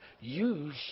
use